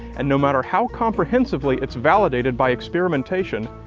and no matter how comprehensively it's validated by experimentation,